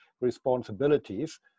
responsibilities